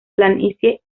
planicie